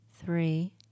Three